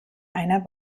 einer